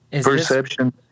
Perception